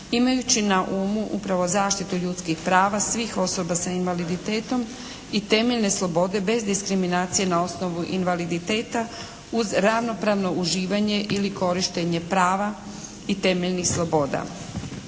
imajući na umu upravo zaštitu ljudskih prava svih osoba sa invaliditetom i temeljne slobode bez diskriminacije na osnovu invaliditeta uz ravnopravno uživanje ili korištenje prava i temeljnih sloboda.